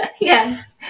Yes